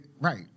Right